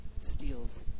steals